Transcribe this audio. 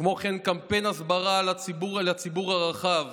כמו כן, קמפיין הסברה לציבור הרחב